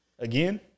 Again